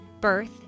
birth